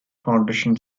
foundation